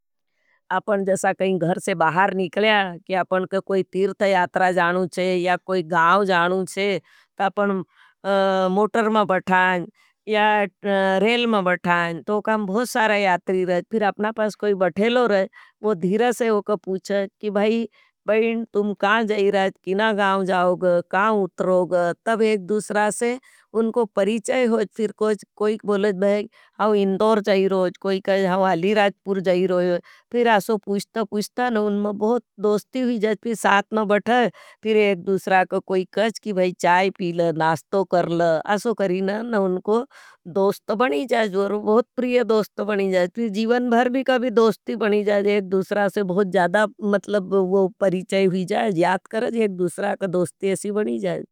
अपन जैसे की कही घर से बाहर निकले छे। अपनको कोई तीर्थ यात्रा जानूँचे या कोई गाउ जानूँचे। तापन मोटर में बठाएं या रेल में बठाएं तो काम भोग सारा यात्री रहें। फ़ाई अपना पास कोई बठलो रहे वो धीरेस ओखा पुच्चे की भाई बहिन तुम कहा जाइयो कीना गांव जैगो कहा उतरोगे। तब एक दूसर से उनको परिचय हॉट। फिर कोई बोलत भाई हम इंदौर जयीरोज़ कोई कहेस हाऊ अलीराजपुर जयरोज। फिर ऐसो पूछता पूछता नो उनामा बहुत दोस्ती हुई जाट। फिर साथ मा बैठते एक दूसरा का कोई क़हत की भाई चाय पी ल नास्तो कर ला। ऐसो करीना उनको दोस्त बनी जाट। फिर जीवन भर दोस्ती बनी जात। पर एक दूसरा का पूछता बहुत साते वाला गेतने देता आपको उम्हें परियारा दोस्त बनेजाएं। जीवन भर का बहुत दोस्तपूरी बनियाजाएं जाती बहुत।